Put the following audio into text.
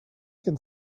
can